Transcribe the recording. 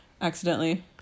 accidentally